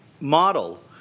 model